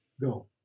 go